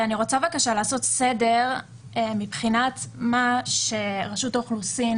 אני רוצה לעשות סדר מבחינת מה שרשות האוכלוסין